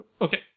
Okay